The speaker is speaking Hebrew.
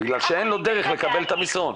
בגלל שאין לו דרך לקבל את המסרון.